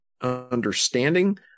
understanding